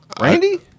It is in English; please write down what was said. Randy